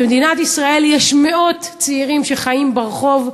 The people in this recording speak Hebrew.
במדינת ישראל יש מאות צעירים שחיים ברחוב,